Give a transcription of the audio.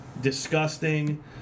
disgusting